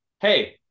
hey